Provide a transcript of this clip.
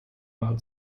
war